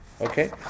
okay